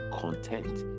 content